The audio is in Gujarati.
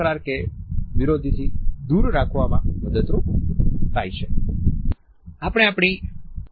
તેથી આપણે જોયું કે બોડી લેંગ્વેજની સંદર્ભીતતા એ કેટલી મહત્વપૂર્ણ છે જો તમે સંદર્ભને અવગણશો તો ખોટું વર્ગીકરણ કરશો વાતચીતના અશાબ્દિક પાસાઓને ચૂકવાનું જોખમ લેશો